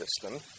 system